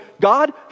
God